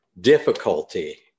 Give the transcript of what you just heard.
difficulty